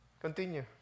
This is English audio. Continue